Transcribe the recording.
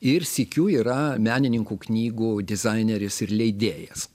ir sykiu yra menininkų knygų dizaineris ir leidėjas